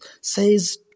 says